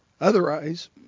Otherwise